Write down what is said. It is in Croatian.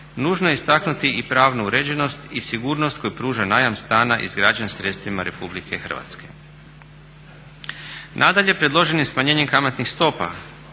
nužno je istaknuti i pravnu uređenost i sigurnost koju pruža najam stana izgrađenim sredstvima Republike Hrvatske. Nadalje, predloženim smanjenjem kamatnih stopa